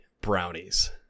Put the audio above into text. brownies